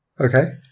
Okay